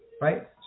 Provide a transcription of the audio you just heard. right